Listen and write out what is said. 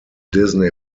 disney